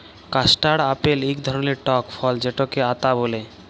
custard apple ইক ধরলের টক ফল যেটকে আতা ব্যলে